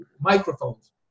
microphones